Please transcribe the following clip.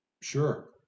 Sure